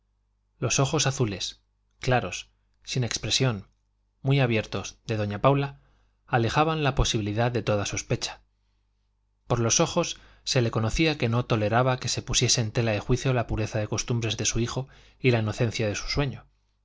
los ojos azules claros sin expresión muy abiertos de doña paula alejaban la posibilidad de toda sospecha por los ojos se le conocía que no toleraba que se pusiese en tela de juicio la pureza de costumbres de su hijo y la inocencia de su sueño